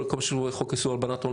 כל מה שקשור לחוק איסור הלבנת הון,